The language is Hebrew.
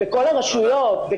בכל הרשויות.